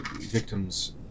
victims